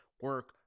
Work